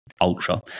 ultra